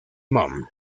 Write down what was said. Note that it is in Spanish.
mon